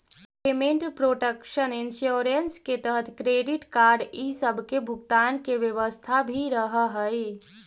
payment protection insurance के तहत credit card इ सब के भुगतान के व्यवस्था भी रहऽ हई